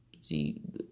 See